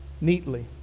neatly